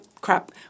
crap